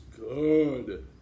good